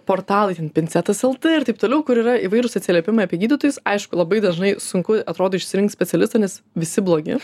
portalai ten pincetas el t ir taip toliau kur yra įvairūs atsiliepimai apie gydytojus aišku labai dažnai sunku atrodo išsirinkt specialistą nes visi blogi